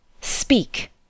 Speak